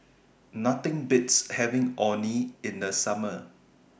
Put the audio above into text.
Nothing Beats having Orh Nee in The Summer